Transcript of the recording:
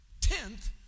Tenth